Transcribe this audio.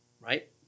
right